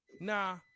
nah